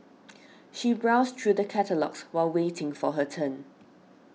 she browsed through the catalogues while waiting for her turn